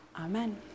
Amen